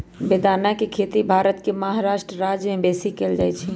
बेदाना के खेती भारत के महाराष्ट्र राज्यमें बेशी कएल जाइ छइ